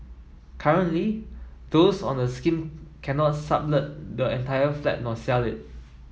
currently those on the scheme cannot sublet the the entire flat nor sell it